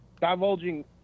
Divulging